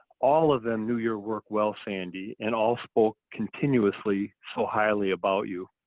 all of them knew your work well sandy, and all spoke continuously so highly about you.